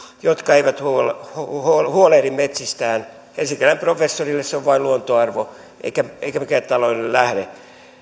jotka eivät huolehdi metsistään helsinkiläiselle professorille se on vain luontoarvo eikä eikä mikään taloudellinen lähde